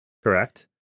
Correct